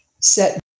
set